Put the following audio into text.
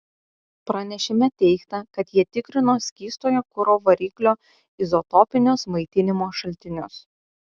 pranešime teigta kad jie tikrino skystojo kuro variklio izotopinius maitinimo šaltinius